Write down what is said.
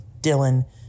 Dylan